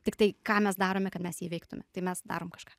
tiktai ką mes darome kad mes jį įveiktume tai mes darom kažką